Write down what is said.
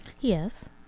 Yes